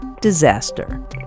disaster